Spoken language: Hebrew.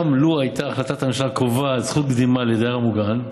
גם לו הייתה החלטת הממשלה קובעת זכות קדימה לדייר המוגן,